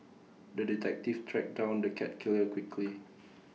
the detective tracked down the cat killer quickly